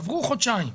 עברו חודשיים,